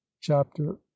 chapter